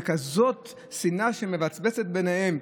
בכזאת שנאה שמבצבצת בעיניהם.